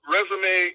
resume